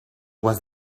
was